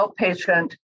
Outpatient